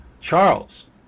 Charles